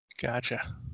Gotcha